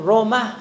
Roma